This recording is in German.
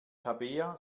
tabea